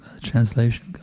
Translation